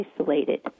isolated